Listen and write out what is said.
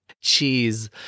Cheese